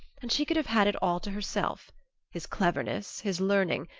and she could have had it all to herself his cleverness, his learning,